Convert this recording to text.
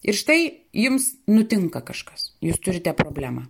ir štai jums nutinka kažkas jūs turite problemą